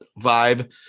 vibe